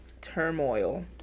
turmoil